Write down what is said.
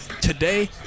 today